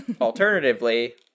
Alternatively